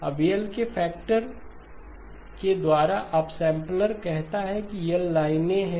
अब L के factor एक द्वारा अपसैंपलर कहता हैं कि L लाइनें हैं